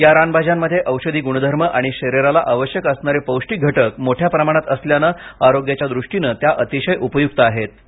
या रानभाज्यांमध्ये औषधी गुणधर्म आणि शरिराला आवश्यक असणारे पौष्टीक घटक मोठ्या प्रमाणात असल्यानं आरोग्याच्या दृष्टीने त्या अतिशय उपयुक्त हेत